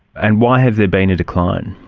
and why has there been a decline?